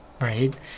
right